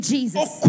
Jesus